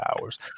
hours